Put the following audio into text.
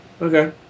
Okay